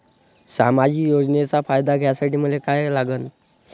सामाजिक योजनेचा फायदा घ्यासाठी मले काय लागन?